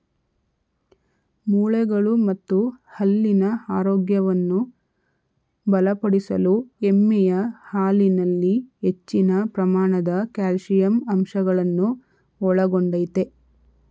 ಮೂಳೆಗಳು ಮತ್ತು ಹಲ್ಲಿನ ಆರೋಗ್ಯವನ್ನು ಬಲಪಡಿಸಲು ಎಮ್ಮೆಯ ಹಾಲಿನಲ್ಲಿ ಹೆಚ್ಚಿನ ಪ್ರಮಾಣದ ಕ್ಯಾಲ್ಸಿಯಂ ಅಂಶಗಳನ್ನು ಒಳಗೊಂಡಯ್ತೆ